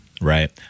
Right